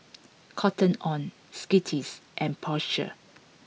Cotton on Skittles and Porsche